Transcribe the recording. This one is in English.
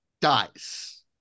dies